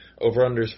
over-unders